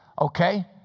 Okay